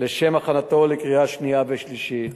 לשם הכנתה לקריאה שנייה ושלישית.